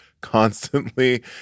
constantly